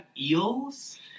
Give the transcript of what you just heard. eels